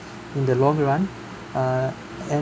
in the long run uh and